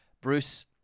Bruce